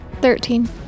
Thirteen